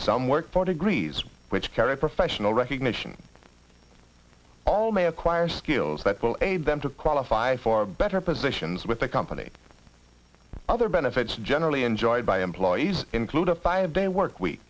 some work for degrees which carry professional recognition all may acquire skills that will aid them to qualify for better positions with the company other benefits generally enjoyed by employees include a five day work week